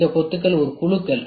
இந்த கொத்துகள் ஒரு குழுக்கள்